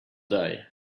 day